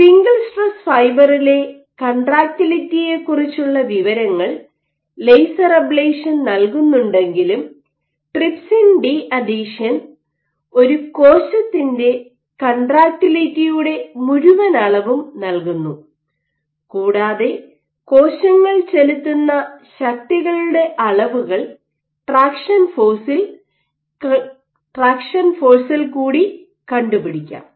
single stress ഫൈബറിലെ കൺട്രാക്റ്റിലിറ്റിയെക്കുറിച്ചുള്ള വിവരങ്ങൾ ലേസർ അബ്ളേഷൻ നൽകുന്നുണ്ടെങ്കിലും ട്രിപ്സിൻ ഡീഅഥീഷൻ ഒരു കോശത്തിന്റെ കൺട്രാക്റ്റിലിറ്റിയുടെ മുഴുവൻ അളവും നൽകുന്നു കൂടാതെ കോശങ്ങൾ ചെലുത്തുന്ന ശക്തികളുടെ അളവുകൾ ട്രാക്ഷൻ ഫോഴ്സ്സിൽ കൂടി കണ്ടുപിടിക്കാം